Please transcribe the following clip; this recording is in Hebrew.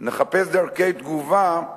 ונחפש דרכי תגובה,